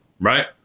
right